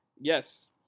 Yes